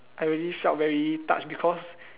I really felt very touched because